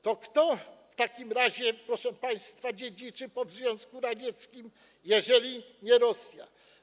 To kto w takim razie, proszę państwa, dziedziczy po Związku Radzieckim, jeżeli nie Rosja?